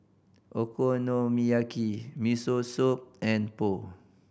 Okonomiyaki Miso Soup and Pho